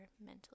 mentally